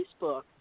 Facebook